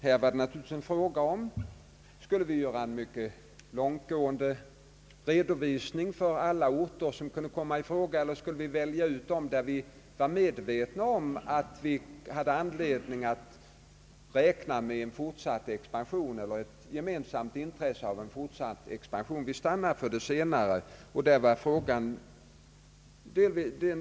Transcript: Här gällde frågan om vi skulle göra en mycket långtgående redovisning för alla orter som kunde tänkas eller om vi skulle välja ut de orter där vi var medvetna om att vi hade anledning att räkna med en fortsatt expansion eller hade ett gemensamt intresse av en sådan, Vi stannade för det senare alternativet.